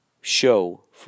show